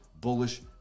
bullish